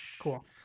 cool